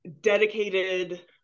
dedicated